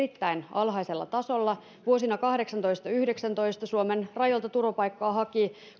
alhaisella tasolla vuosina kahdeksantoista viiva yhdeksäntoista suomen rajoilta turvapaikkaa